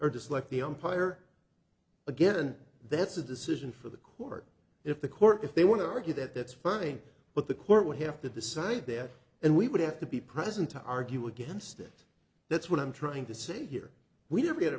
dislike the umpire again that's a decision for the court if the court if they want to argue that that's fine but the court would have to decide that and we would have to be present to argue against it that's what i'm trying to say here we